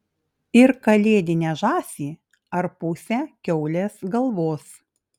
ir kalėdinę žąsį ar pusę kiaulės galvos